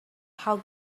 how